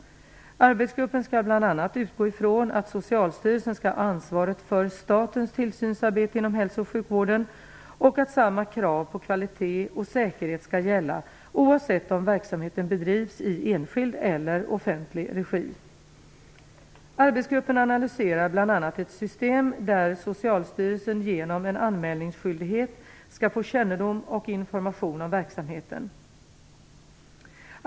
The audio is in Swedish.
Arbetsgruppen skall bl.a. utgå ifrån att Socialstyrelsen skall ha ansvaret för statens tillsynsarbete inom hälso och sjukvården och att samma krav på kvalitet och säkerhet skall gälla oavsett om verksamheten bedrivs i enskild eller offentlig regi. Arbetsgruppen analyserar bl.a. ett system där Socialstyrelsen genom en anmälningsskyldighet skall få kännedom och information om verksamheten.